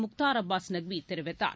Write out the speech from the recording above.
Mukhtar Abbas நக்விதெரிவித்தார்